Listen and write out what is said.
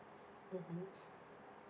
mmhmm